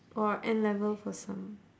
or N-level for some